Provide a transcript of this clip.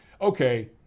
Okay